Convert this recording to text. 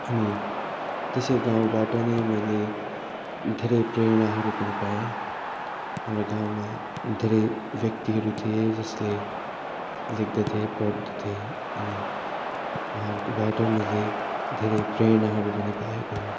अनि त्यसै गाउँबाट नै मैले धेरै प्रेरणाहरू पनि पाएँ हाम्रो गाउँमा धेरै व्यक्तिहरू थिए जसले लेख्दथे पढ्दथे अनि उहाँहरूकोबाट मैले धेरै प्रेरणाहरू पनि पाएको हो